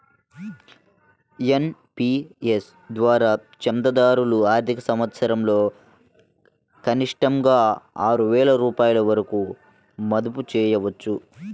NPS ద్వారా చందాదారులు ఆర్థిక సంవత్సరంలో కనిష్టంగా ఆరు వేల రూపాయల వరకు మదుపు చేయవచ్చు